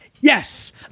yes